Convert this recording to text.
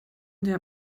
der